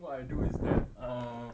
what I do is that err